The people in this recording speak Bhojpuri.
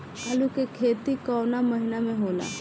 आलू के खेती कवना महीना में होला?